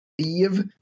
leave